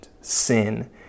sin